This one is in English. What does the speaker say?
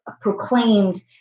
proclaimed